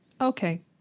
Okay